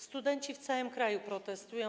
Studenci w całym kraju protestują.